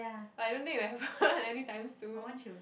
I don't think we have one any time soon